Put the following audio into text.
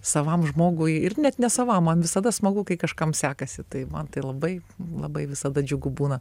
savam žmogui ir net nesavam man visada smagu kai kažkam sekasi tai man tai labai labai visada džiugu būna